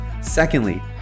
Secondly